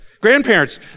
Grandparents